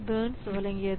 Burns வழங்கியது